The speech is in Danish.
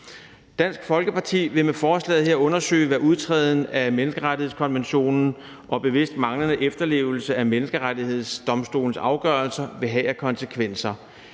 Dansk Folkeparti vil med forslaget her undersøge, hvad udtræden af menneskerettighedskonventionen og bevidst manglende efterlevelse af Menneskerettighedsdomstolens afgørelser vil have af konsekvenser.